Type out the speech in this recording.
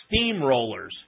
Steamrollers